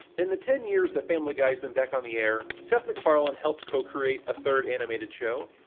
in the ten years that family guy's been back on the air, seth macfarlane helped co-create a third animated show,